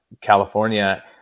California